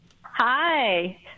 Hi